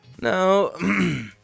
No